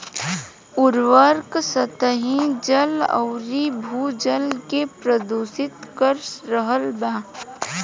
उर्वरक सतही जल अउरी भू जल के प्रदूषित कर रहल बा